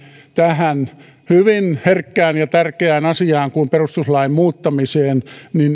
tähän hyvin herkkään ja tärkeään asiaan kuin perustuslain muuttamiseen